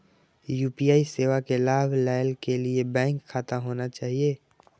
UPI सेवा के लाभ लै के लिए बैंक खाता होना चाहि?